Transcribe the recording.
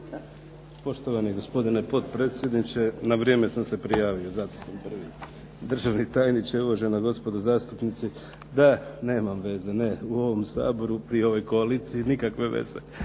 Poštovani gospodine potpredsjedniče, na vrijeme sam se prijavio, zato sam prvi. Državni tajniče, uvažena gospodo zastupnici. Da, nemam veze, ne, u ovom Saboru pri ovoj koaliciji nikakve veze